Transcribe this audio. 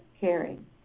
caring